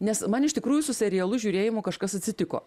nes man iš tikrųjų su serialų žiūrėjimu kažkas atsitiko